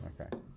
Okay